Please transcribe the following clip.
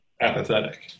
apathetic